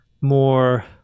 more